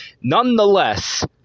Nonetheless